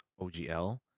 OGL